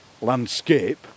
landscape